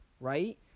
right